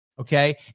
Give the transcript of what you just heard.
Okay